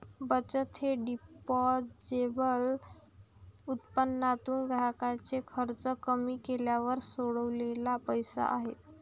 बचत हे डिस्पोजेबल उत्पन्नातून ग्राहकाचे खर्च कमी केल्यावर सोडलेला पैसा आहे